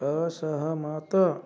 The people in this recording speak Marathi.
असहमत